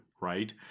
right